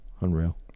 Unreal